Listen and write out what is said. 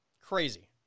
Crazy